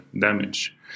damage